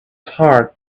heart